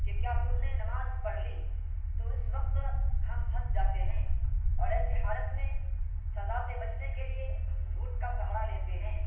کہ کیا تم نے نماز پڑھ لی تو اس وقت ہم پھنس جاتے ہیں اور ایسی حالت میں سزا سے بچنے کے لیے ہم جھوٹ کا سہارا لیتے ہیں